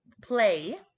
play